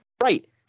Right